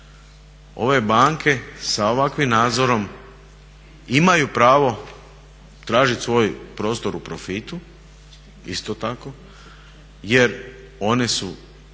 Ove banke sa ovakvim nadzorom imaju pravo tražiti svoj prostor u profitu isto tako jer one su